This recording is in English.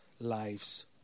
lives